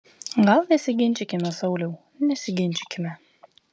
gal nesiginčykime sauliau nesiginčykime